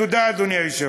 תודה, אדוני היושב-ראש.